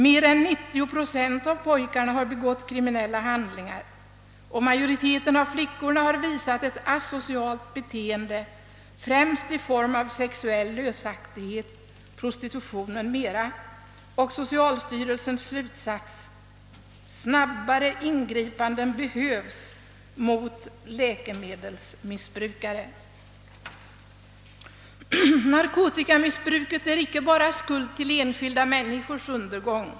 Mer än 90 procent av pojkarna har begått kriminella handlingar och majoriteten av flickorna har visat ett asocialt beteende främst i form av sexuell lösaktighet, prostitution m.m.» Socialstyrelsens slutsats blir: snabbare ingripanden behövs mot läkemedelsmissbrukare. Narkotikamissbruket är inte bara skuld till enskilda människors undergång.